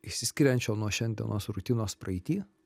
išsiskiriančio nuo šiandienos rutinos praeity